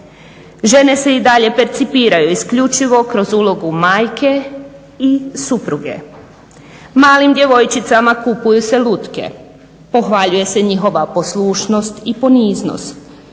Žene se i dalje percipiraju isključivo kroz ulogu majke i supruge. Malim djevojčicama kupuju se lutke, pohvaljuje se njihova poslušnost i poniznost,